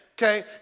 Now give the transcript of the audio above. Okay